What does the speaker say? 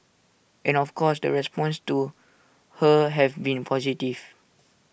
and of course the responses to her have been positive